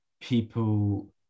people